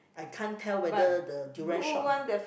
I can't tell whether the durian shop